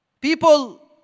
people